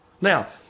Now